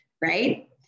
right